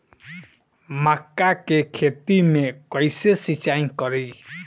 मका के खेत मे कैसे सिचाई करी?